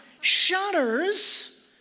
Shutters